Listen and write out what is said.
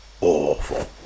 awful